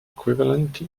equivalent